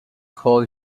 call